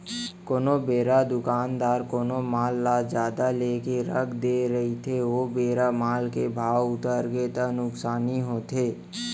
कोनो बेरा दुकानदार कोनो माल जादा लेके रख दे रहिथे ओ बेरा माल के भाव उतरगे ता नुकसानी होथे